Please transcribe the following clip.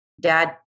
Dad